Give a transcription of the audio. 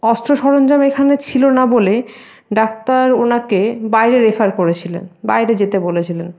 অস্ত্র সরঞ্জাম এখানে ছিলো না বলে ডাক্তার ওনাকে বাইরে রেফার করেছিলেন বাইরে যেতে বলেছিলেন